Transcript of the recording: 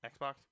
Xbox